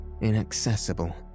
inaccessible